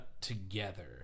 together